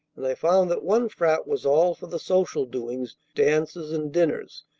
and i found that one frat was all for the social doings, dances, and dinners,